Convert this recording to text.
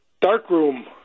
darkroom